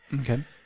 Okay